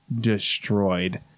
destroyed